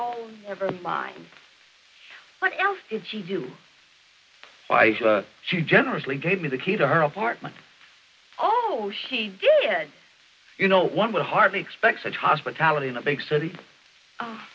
oh never mind what else did she do she generously gave me the key to her apartment oh she did you know one would hardly expect such hospitality in a big city